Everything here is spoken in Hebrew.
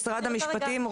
משרד המשפטים,